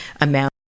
amount